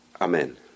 Amen